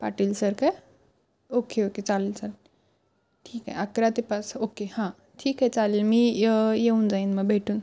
Patil sir का okay okay चालेल चाल ठीक आहे अकरा ते पाच ओके हा ठीक आहे चालेल मी येऊन जाईन मग भेटून